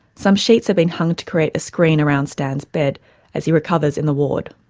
some sheets have been hung to create a screen around stan's bed as he recovers in the ward.